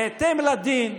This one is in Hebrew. בהתאם לדין,